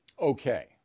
Okay